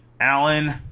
Allen